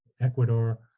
Ecuador